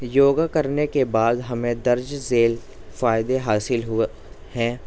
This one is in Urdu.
یوگا کرنے کے بعد ہمیں درج ذیل فائدے حاصل ہوئے ہیں